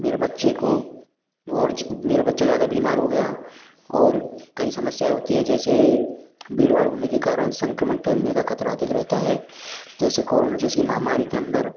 मेरे बच्चे को और मेरा बच्चा ज़्यादा बीमार हो गया और कई समस्या होती है जैसे भीड़ भाड़ होने के कारण संक्रमण फैलने का ख़तरा अधिक रहता है जैसे कोरोना जैसी महामारी के अंदर